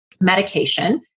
medication